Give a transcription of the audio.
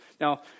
Now